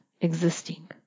existing